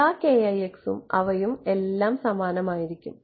എല്ലാ യും അവയും എല്ലാം സമാനമായിരിക്കും